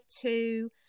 two